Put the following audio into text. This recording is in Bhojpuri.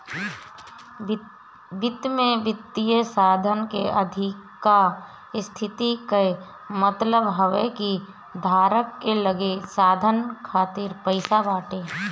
वित्त में वित्तीय साधन के अधिका स्थिति कअ मतलब हवे कि धारक के लगे साधन खातिर पईसा बाटे